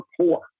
poor